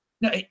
no